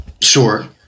Sure